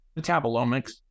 metabolomics